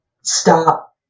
Stop